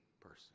person